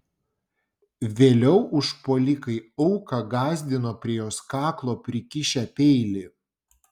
vėliau užpuolikai auką gąsdino prie jos kaklo prikišę peilį